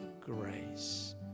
grace